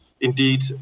indeed